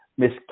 Miss